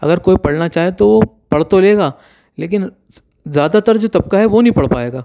اگر کوئی پڑھنا چاہے تو وہ پڑھ تو لے گا لیکن زیادہ تر جو طبقہ ہے وہ نہیں پڑھ پائے گا